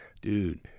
Dude